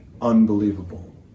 unbelievable